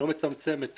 לא מצמצמת